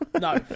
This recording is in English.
No